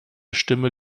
stimme